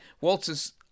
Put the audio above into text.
Walter's